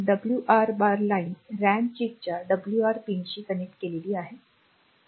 WR bar line RAM चिपच्या WR पिनशी connect केलेली आहे